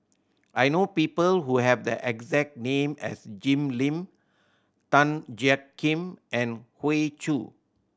I know people who have the exact name as Jim Lim Tan Jiak Kim and Hoey Choo